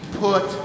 put